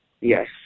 Yes